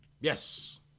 Yes